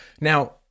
Now